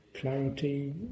clarity